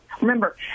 Remember